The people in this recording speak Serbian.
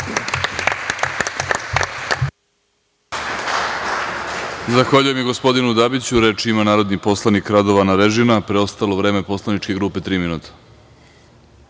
Zahvaljujem i gospodinu Dabiću. Reč ima narodni poslanik Radovan Arežina. Preostalo vreme poslaničke grupe je tri minuta.